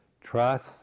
trust